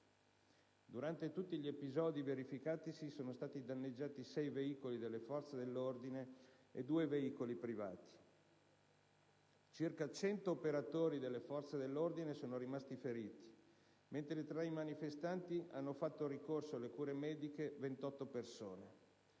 Durante tutti gli episodi verificatisi, sono stati danneggiati sei veicoli delle forze dell'ordine e due veicoli privati. Circa 100 operatori delle forze dell'ordine sono rimasti feriti, mentre tra i manifestanti hanno fatto ricorso alle cure mediche 28 persone.